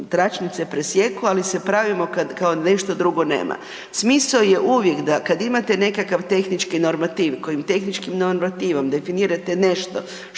tračnice presijeku, ali se pravimo kad, kao da nešto drugo nema. Smisao je uvijek da kad imate nekakav tehnički normativ, kojim tehničkim normativnom definirate nešto